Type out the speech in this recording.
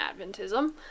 Adventism